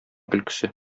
көлкесе